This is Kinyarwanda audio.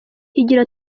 higiro